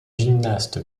gymnaste